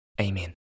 Amen